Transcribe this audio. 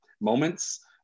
moments